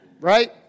right